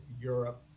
europe